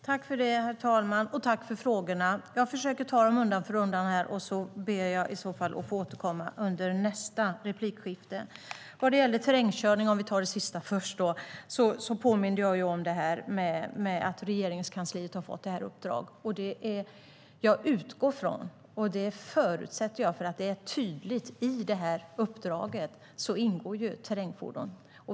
Herr talman! Jag tackar för frågorna. Jag försöker ta dem undan för undan och ber att få återkomma under nästa replikskifte om det behövs. Vi tar det sista först - terrängkörning. Jag påminde om att Regeringskansliet har fått detta uppdrag. Jag utgår från att terrängfordon ingår där. Jag förutsätter det eftersom det är tydligt i uppdraget.